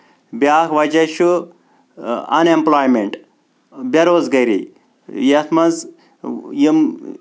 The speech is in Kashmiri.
بیاکھ وجہہ چھ ان ایمپلایمنٹ بیٚروزگٲری یَتھ منٛز یِم